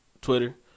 Twitter